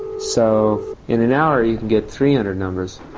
so in an hour you can get three hundred numbers,